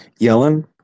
Yellen